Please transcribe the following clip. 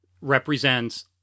represents